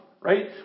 right